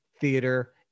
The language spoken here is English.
Theater